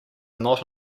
not